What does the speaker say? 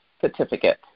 certificate